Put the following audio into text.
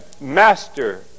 Master